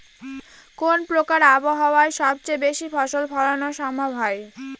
কোন প্রকার আবহাওয়ায় সবচেয়ে বেশি ফসল ফলানো সম্ভব হয়?